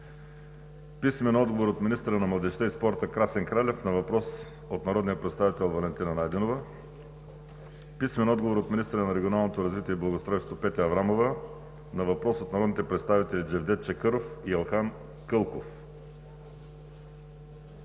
Найденова; - министъра на младежта и спорта Красен Кралев на въпрос от народния представител Валентина Найденова; - министъра на регионалното развитие и благоустройството Петя Аврамова на въпрос от народните представители Джевдет Чакъров и Елхан Кълков;